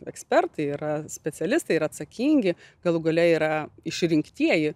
ekspertai yra specialistai ir atsakingi galų gale yra išrinktieji